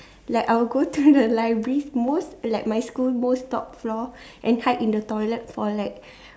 like I will go to the library most like my school's most top floor and hide in the toilet for like